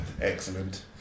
Excellent